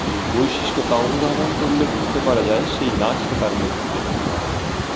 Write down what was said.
যে বৈশিষ্ট্য তা অনুধাবন করলে বুঝতে পারা যায় সেই নাচটা তার মধ্যে দেখতে পাওয়া যায়